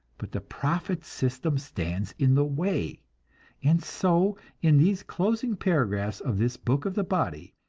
but the profit system stands in the way and so, in these closing paragraphs of this book of the body,